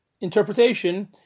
interpretation